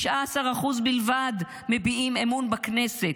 19% בלבד מביעים אמון בכנסת,